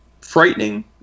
frightening